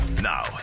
Now